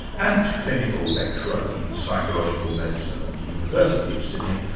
and clinical lecturer in psychological medicine at the university of sydney.